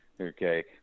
okay